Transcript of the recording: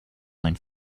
line